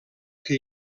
que